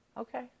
Okay